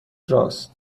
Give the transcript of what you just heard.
راست